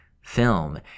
film